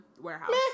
warehouse